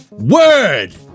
Word